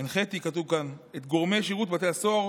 הנחיתי, כתוב כאן, את גורמי שירות בתי הסוהר